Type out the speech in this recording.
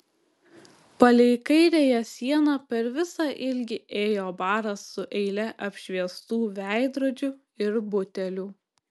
palei kairiąją sieną per visą ilgį ėjo baras su eile apšviestų veidrodžių ir butelių